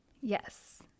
Yes